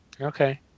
Okay